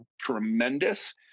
tremendous